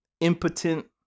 impotent